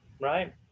right